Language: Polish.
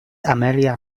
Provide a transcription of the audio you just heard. amelia